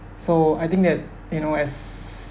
so I think that you know as